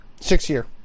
Six-year